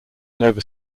nova